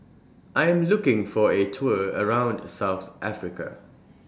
I Am looking For A Tour around South Africa